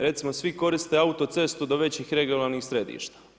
Recimo svi koriste autocestu do većih regionalnih središta.